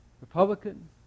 Republican